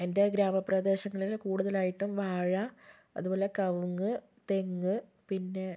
എന്റെ ഗ്രാമപ്രദേശങ്ങളിൽ കൂടുതലായിട്ടും വാഴ അതുപോലെ കവുങ്ങ് തെങ്ങ് പിന്നെ